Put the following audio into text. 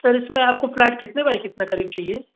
sir इसमें आपको flat कितने बाई कितना करीब चाहिए